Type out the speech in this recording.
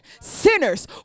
sinners